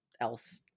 else